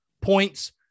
points